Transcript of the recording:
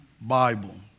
Bible